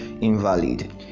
invalid